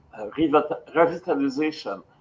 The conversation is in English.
revitalization